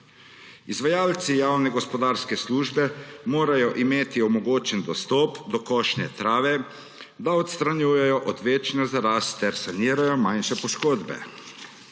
Izvajalci javne gospodarske službe morajo imeti omogočen dostop do košnje trave, da odstranjujejo odvečno zarast ter sanirajo manjše poškodbe.